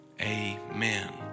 Amen